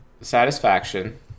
satisfaction